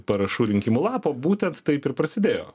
parašų rinkimų lapo būtent taip ir prasidėjo